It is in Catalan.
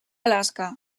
alaska